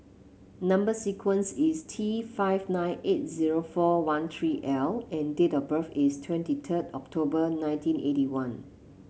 number sequence is T five nine eight zero four one three L and date of birth is twenty third October nineteen eighty one